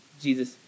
Jesus